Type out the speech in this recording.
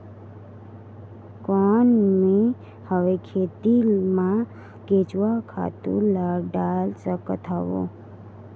कौन मैं हवे खेती मा केचुआ खातु ला डाल सकत हवो?